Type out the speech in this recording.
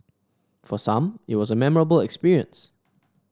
for some it was a memorable experience